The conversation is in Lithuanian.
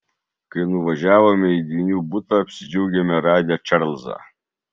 kai nuvažiavome į dvynių butą apsidžiaugėme radę čarlzą